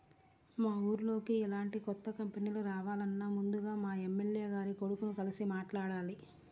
మా ఊర్లోకి ఎలాంటి కొత్త కంపెనీలు రావాలన్నా ముందుగా మా ఎమ్మెల్యే గారి కొడుకుని కలిసి మాట్లాడాలి